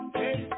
hey